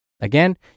Again